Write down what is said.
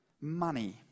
money